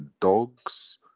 dogs